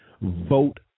vote